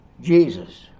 Jesus